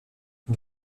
une